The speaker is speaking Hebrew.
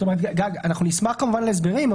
אנחנו נשמח כמובן להסברים,